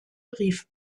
rief